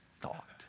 thought